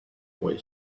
boy